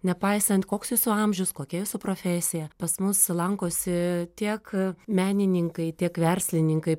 nepaisant koks jūsų amžius kokia jūsų profesija pas mus lankosi tiek menininkai tiek verslininkai